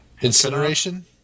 Incineration